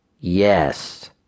Yes